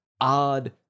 odd